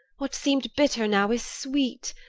what seemed bitter now is sweet.